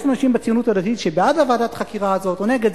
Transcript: יש אנשים בציונות הדתית שהם בעד ועדת החקירה הזאת או נגד,